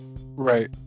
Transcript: Right